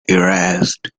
erased